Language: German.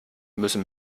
müssen